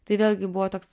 tai vėlgi buvo toks